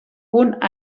punt